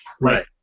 Right